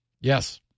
yes